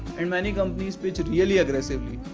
and many companies pitch really aggressively,